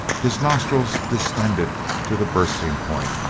his nostrils distended to the bursting point,